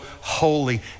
holy